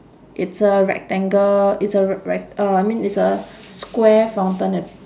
it's a rectangle it's a r~ rec~ uh I mean it's a square fountain a~